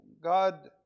God